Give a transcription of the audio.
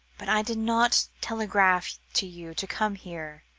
but i did not telegraph to you to come here,